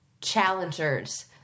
challengers